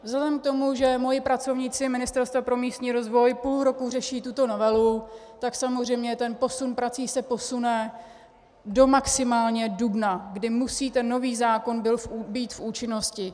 Vzhledem k tomu, že moji pracovníci Ministerstva pro místní rozvoj půl roku řeší tuto novelu, tak samozřejmě ten posun prací se posune do maximálně dubna, kdy musí nový zákon být v účinnosti.